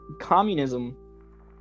communism